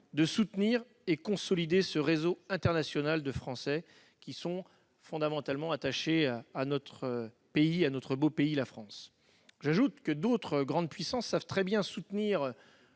de soutenir et consolider ce réseau international de Français qui sont fondamentalement attachés à notre beau pays, la France. D'ailleurs, d'autres grandes puissances savent très bien soutenir